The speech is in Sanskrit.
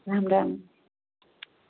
राम् राम्